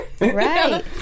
Right